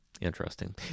Interesting